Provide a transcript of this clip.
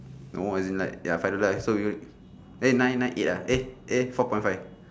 no as in like ya five dollar so we would eh nine nine eight ah eh eh four point five